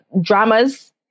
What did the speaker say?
dramas